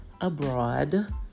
abroad